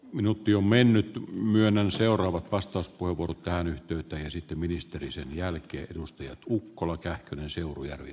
minut jo mennyttä myönnän seuraava vastaus kuivunut tähän yhteyttä esitti ministeri sen jälkeen edustajat kukkola kähkönen seurujärvi